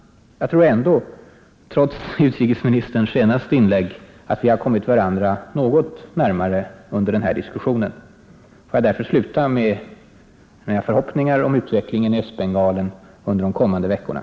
Jag tror ändå, trots utrikesministerns senaste inlägg, att vi har kommit varandra något närmare under denna diskussion. Får jag därför sluta med att framföra mina förhoppningar om utvecklingen i Östbengalen under de kommande veckorna.